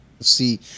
See